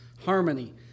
harmony